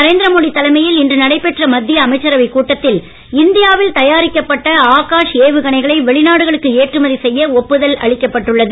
நரேந்திர மோடி தலைமையில் இன்று நடைபெற்ற மத்திய அமைச்சரவை கூட்டத்தில் இந்தியாவில் தயாரிக்கப்பட்ட ஆகாஷ் ஏவுகணைகளை வெளிநாடுகளுக்கு ஏற்றமதி செய்ய ஒப்புதல் அளிக்கப்பட்டுள்ளது